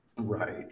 right